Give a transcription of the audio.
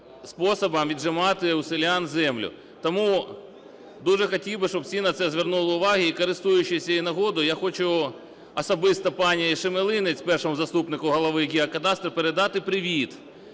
способом віджимати у селян землю, тому дуже хотів би, щоб всі на це звернули увагу. І користуючись цією нагодою, я хочу особисто пані Шемелинець, першому заступнику голови геокадастру, передати привіт